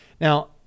Now